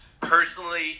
personally